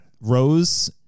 Rose